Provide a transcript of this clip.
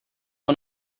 one